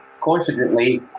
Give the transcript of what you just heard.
confidently